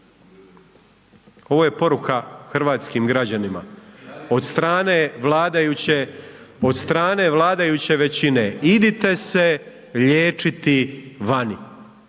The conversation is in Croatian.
Ovo je poruka hrvatskim građanima od strane vladajuće, od strane vladajuće većine, idite se liječiti vani.